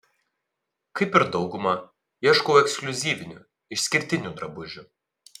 kaip ir dauguma ieškau ekskliuzyvinių išskirtinių drabužių